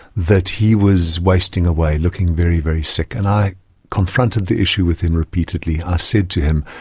that he was wasting away, looking very, very sick. and i confronted the issue with him repeatedly. i said to him,